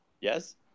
yes